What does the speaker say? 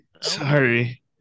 Sorry